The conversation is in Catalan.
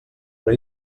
però